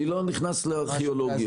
אני לא נכנס לארכיאולוגיה.